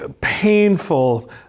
painful